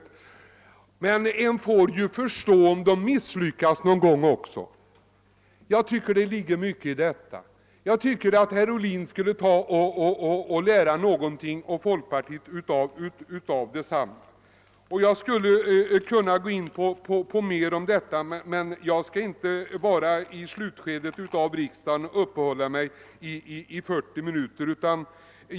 Fast en får ju förstå om det misslyckas någon gång också.» Jag tycker att det ligger mycket i detta, och jag tycker att herr Ohlin och folkpartiet borde ha något att lära av den historien. Jag skulle kunna gå djupare in på detta ärende, men jag skall inte så här i slutskedet av riksdagen hålla ett anförande i 40 minuter.